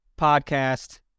Podcast